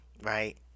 right